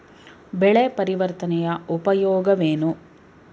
ಬೆಳೆ ಪರಿವರ್ತನೆಯ ಉಪಯೋಗವೇನು?